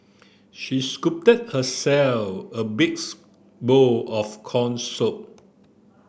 she scooped herself a big bowl of corn soup